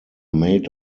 made